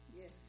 Yes